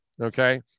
Okay